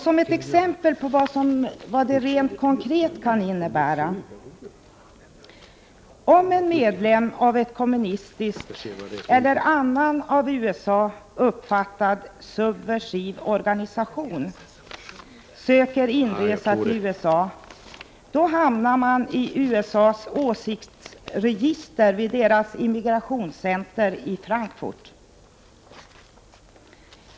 Som ett exempel på vad de här bestämmelserna rent konkret innebär vill jag nämna följande. Om en medlem av en kommunistisk eller annan organisation som av USA uppfattas som subversiv söker inresa till USA, hamnar den personen i USA:s åsiktsregister vid dess immigrationscenter i Frankfurt.